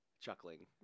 chuckling